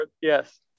Yes